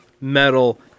Metal